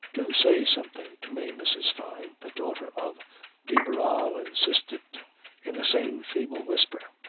do say something to me, mrs. fyne, the daughter of de barral insisted in the same feeble whisper.